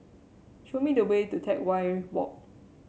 show me the way to Teck Whye Walk